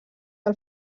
del